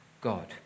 God